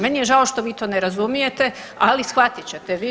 Meni je žao što vi to ne razumijete, ali shvatit ćete vi.